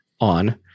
on